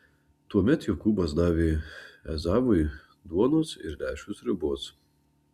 tuomet jokūbas davė ezavui duonos ir lęšių sriubos